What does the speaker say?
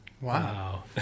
wow